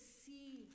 see